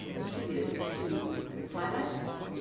attribute it to my lifestyle.